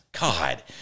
God